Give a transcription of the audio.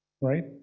right